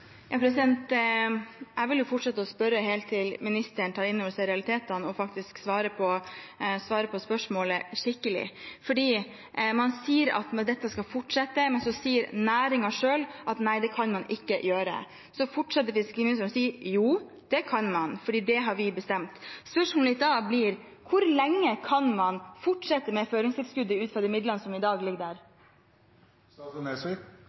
Jeg vil fortsette å spørre helt til ministeren tar innover seg realitetene og faktisk svarer skikkelig på spørsmålet. Man sier at dette skal fortsette, men så sier næringen selv at nei, det kan man ikke gjøre. Så fortsetter fiskeriministeren å si at – jo, det kan man, for det har vi bestemt. Spørsmålet mitt blir da: Hvor lenge kan man fortsette med føringstilskuddet ut fra de midlene som i dag ligger